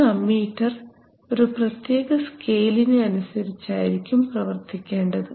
ഒരു അമ്മീറ്റർ ഒരു പ്രത്യേക സ്കെയിലിന് അനുസരിച്ചായിരിക്കും പ്രവർത്തിക്കേണ്ടത്